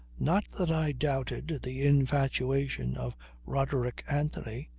not that i doubted the infatuation of roderick anthony,